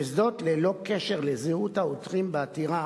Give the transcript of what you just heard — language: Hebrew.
וזאת ללא קשר לזהות העותרים בעתירה